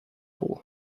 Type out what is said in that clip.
all